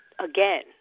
again